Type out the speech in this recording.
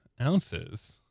ounces